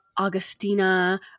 Augustina